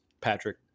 patrick